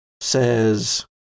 says